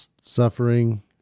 suffering